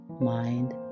mind